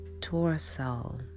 torso